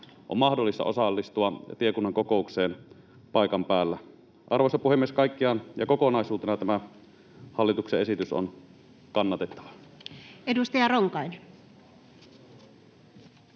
on mahdollista osallistua tiekunnan kokoukseen paikan päällä. Arvoisa puhemies! Kaikkiaan ja kokonaisuutena tämä hallituksen esitys on kannatettava. [Speech